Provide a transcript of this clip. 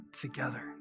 together